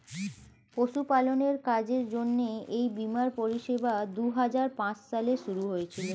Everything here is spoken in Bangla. পশুপালনের কাজের জন্য এই বীমার পরিষেবা দুহাজার পাঁচ সালে শুরু হয়েছিল